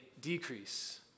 decrease